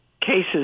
cases